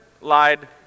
lied